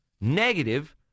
negative